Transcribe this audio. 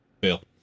bill